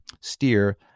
steer